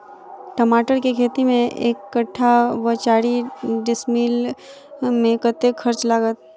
टमाटर केँ खेती मे एक कट्ठा वा चारि डीसमील मे कतेक खर्च लागत?